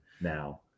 now